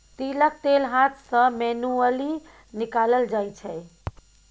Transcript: तिलक तेल हाथ सँ मैनुअली निकालल जाइ छै